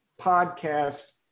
podcast